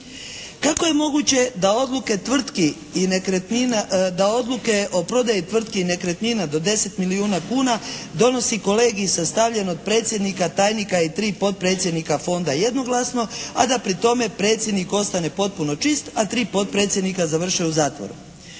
nekretnina, da odluke o prodaji tvrtki i nekretnina do 10 milijuna kuna donosi kolegij sastavljen od predsjednika, tajnika i 3 potpredsjednika Fonda jednoglasno a da pri tome predsjednik ostane potpuno čist, a tri potpredsjednika završe u zatvoru?